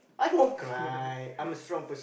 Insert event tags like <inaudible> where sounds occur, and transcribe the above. <breath> <laughs>